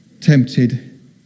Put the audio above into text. tempted